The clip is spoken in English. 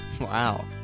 Wow